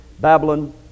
Babylon